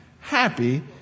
happy